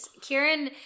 Kieran